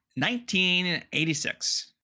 1986